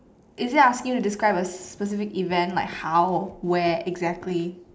is it ask you to describe a specific event like how where exactly